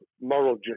moral